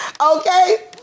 Okay